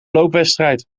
loopwedstrijd